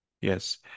Yes